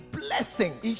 blessings